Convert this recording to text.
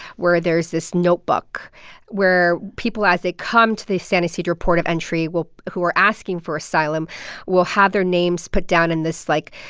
where there's this notebook where people, as they come, to the san ysidro port of entry who are asking for asylum will have their names put down in this, like,